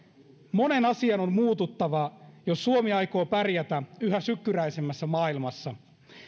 monen asian on muututtava jos suomi aikoo pärjätä yhä sykkyräisemmässä maailmassa